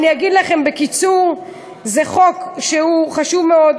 אגיד לכם בקיצור: זה חוק חשוב מאוד,